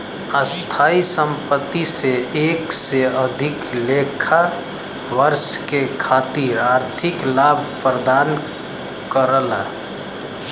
स्थायी संपत्ति से एक से अधिक लेखा वर्ष के खातिर आर्थिक लाभ प्रदान करला